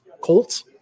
Colts